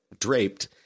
draped